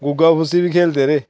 गुगा बी खेढ़दे रेह्